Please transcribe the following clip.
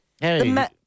Hey